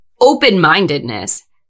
open-mindedness